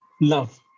love